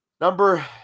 number